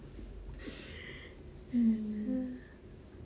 mm